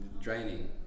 draining